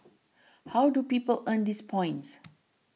how do people earn these points